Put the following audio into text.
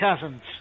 cousins